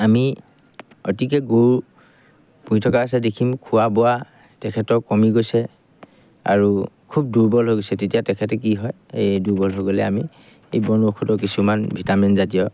আমি অতিকৈ গৰু পুহি থকা হৈছে দেখিম খোৱা বোৱা তেখেতৰ কমি গৈছে আৰু খুব দুৰ্বল হৈ গৈছে তেতিয়া তেখেতে কি হয় এই দুৰ্বল হৈ গ'লে আমি এই বন ঔষধৰ কিছুমান ভিটামিন জাতীয়